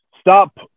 stop